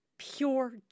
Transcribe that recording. Pure